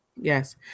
Yes